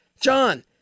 John